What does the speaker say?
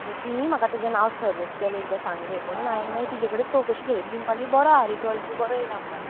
so तिणें म्हाका तेजें नांव सजेस्ट केलें एकदां सांगलें म्हुणून हांयेन मागीर तिजे कडेन चवकशी केली ती म्हणपाली बरो हा रिजल्ट बी बरो येयला म्हणपाली